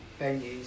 venues